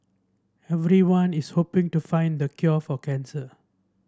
everyone is hoping to find the cure for cancer